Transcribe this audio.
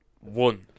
One